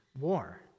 war